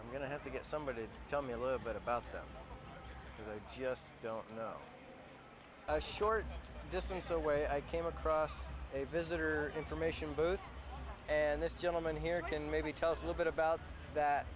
i'm going to have to get somebody to tell me a little bit about them because i just don't know short distance away i came across a visitor information both and this gentleman here can maybe tell us a bit about that